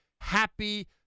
happy